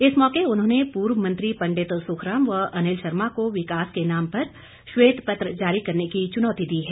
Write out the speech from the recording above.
इस मौके उन्होंने पूर्व मंत्री पंडित सुखराम व अनिल शर्मा को विकास के नाम पर श्वेत पत्र जारी करने की चुनौती दी है